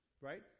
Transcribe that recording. right